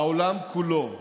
העולם כולו,